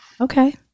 Okay